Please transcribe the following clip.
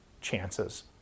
chances